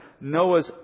Noah's